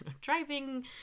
driving